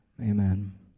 Amen